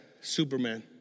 Superman